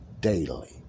daily